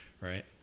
right